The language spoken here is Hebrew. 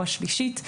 או השלישית,